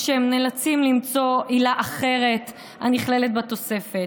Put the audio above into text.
או שהם נאלצים למצוא עילה אחרת הנכללת בתוספת.